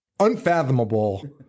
Unfathomable